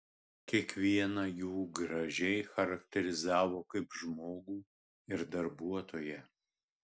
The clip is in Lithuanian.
kiekvieną jų gražiai charakterizavo kaip žmogų ir darbuotoją